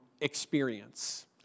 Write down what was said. experience